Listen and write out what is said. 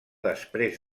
després